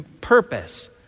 purpose